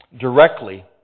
directly